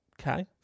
Okay